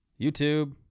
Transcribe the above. YouTube